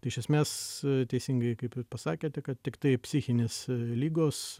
iš esmės teisingai kaip ir pasakėte kad tiktai psichinės ligos